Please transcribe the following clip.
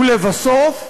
ולבסוף,